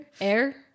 Air